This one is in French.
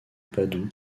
padoue